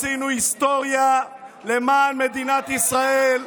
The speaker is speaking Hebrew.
עשינו היסטוריה למען מדינת ישראל,